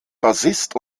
bassist